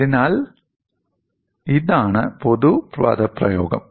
അതിനാൽ ഇതാണ് പൊതുപദപ്രയോഗം